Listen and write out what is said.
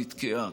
היא נתקעה,